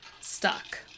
stuck